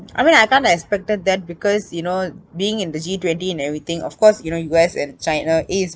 I mean I kind of expected that because you know being in the G twenty and everything of course you know U_S and china is